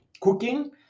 cooking